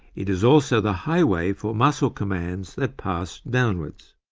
it is also the highway for muscle commands that pass downwards.